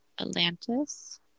atlantis